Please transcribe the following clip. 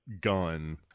gun